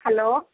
hello